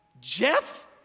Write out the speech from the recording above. Jeff